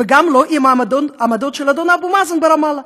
וגם לא עם העמדות של אדון אבו מאזן ברמאללה.